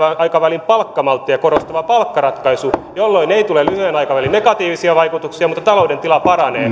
aikavälin palkkamalttia korostava palkkaratkaisu jolloin ei tule lyhyen aikavälin negatiivisia vaikutuksia mutta talouden tila paranee